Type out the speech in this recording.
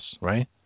right